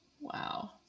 Wow